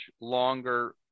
longer